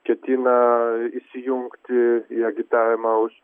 ketina įsijungti į agitavimą už